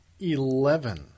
Eleven